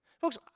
Folks